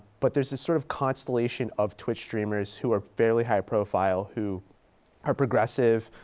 but there's this sort of constellation of twitch streamers who are fairly high profile who are progressive.